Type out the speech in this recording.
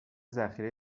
ذخیره